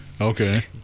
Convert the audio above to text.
Okay